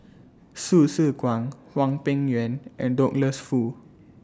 Hsu Tse Kwang Hwang Peng Yuan and Douglas Foo